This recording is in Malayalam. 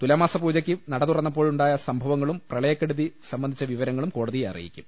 തുലാമാസ പൂജയ്ക്ക് നടതുറന്നപ്പോളുണ്ടായ സംഭവങ്ങളും പ്രളയക്കെടുതി സംബ ന്ധിച്ച വിവരങ്ങളും കോടതിയെ അറിയിക്കും